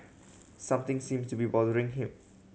something seems to be bothering him